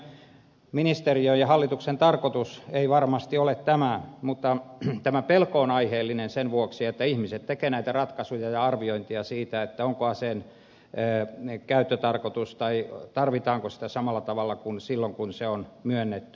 tietystikään ministeriön ja hallituksen tarkoitus ei varmasti ole tämä mutta tämä pelko on aiheellinen sen vuoksi että ihmiset tekevät näitä ratkaisuja ja arviointeja siitä mikä on aseen käyttötarkoitus tai tarvitaanko sitä samalla tavalla kuin silloin kun se on myönnetty